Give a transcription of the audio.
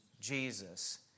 Jesus